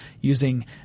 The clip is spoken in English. using